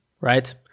right